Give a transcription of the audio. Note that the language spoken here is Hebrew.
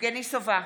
יבגני סובה,